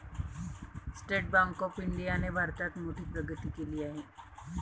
state bank of इंडियाने भारतात मोठी प्रगती केली आहे